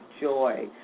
joy